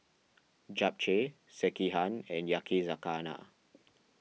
Japchae Sekihan and Yakizakana